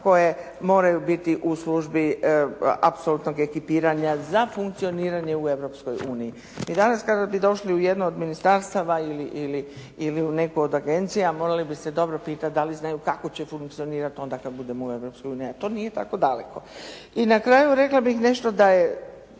koje moraju biti u službi apsolutnog ekipiranja za funkcioniranje u Europskoj uniji. I danas kada bi došli u jedno od ministarstava ili u neku od agencija, morali biste dobro pitati da li znaju kako će funkcionirati onda kada budemo u Europskoj uniji, a to nije tako daleko. I na kraju rekla bih nešto da nije